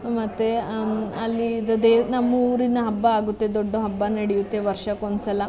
ಮತ್ತು ಅಲ್ಲಿದ್ದ ದೇ ನಮ್ಮ ಊರಿನ ಹಬ್ಬ ಆಗುತ್ತೆ ದೊಡ್ಡ ಹಬ್ಬ ನಡೆಯುತ್ತೆ ವರ್ಷಕ್ಕೊಂದುಸಲ